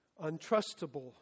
untrustable